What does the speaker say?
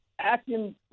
acting